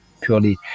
purely